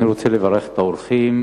אני רוצה לברך את האורחים.